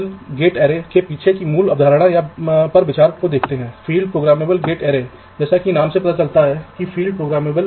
अब यह VDD और ग्राउंड लाइन आप देख रहे हैं क्योंकि वे एक दूसरे के साथ रखे हुए हैं वे एक दूसरे को छू रहे होंगे